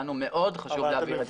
לנו מאוד חשוב להבהיר את זה כאן.